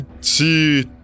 see